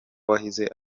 wahize